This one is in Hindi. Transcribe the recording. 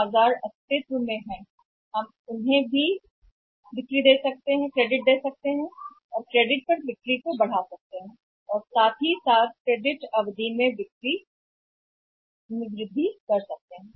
बाज़ारों में भी अगर हम क्रेडिट देते हैं और वृद्धि पर क्रेडिट पर बिक्री शुरू करते हैं क्रेडिट अवधि बिक्री बढ़ सकती है